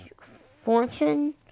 Fortune